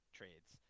trades